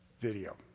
video